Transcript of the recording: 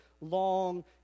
long